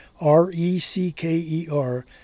R-E-C-K-E-R